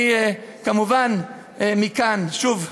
אני כמובן, מכאן שוב,